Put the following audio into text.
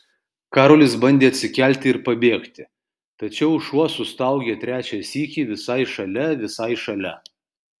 karolis bandė atsikelti ir pabėgti tačiau šuo sustaugė trečią sykį visai šalia visai šalia